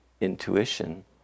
intuition